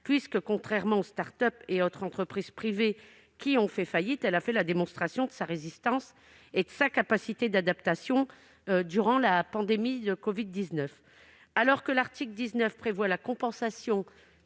puisque, contrairement aux start-up et autres entreprises privées qui ont fait faillite, celle-ci a fait la démonstration de sa résistance et de sa capacité d'adaptation durant la pandémie de covid-19. Alors que l'article 19 prévoit la compensation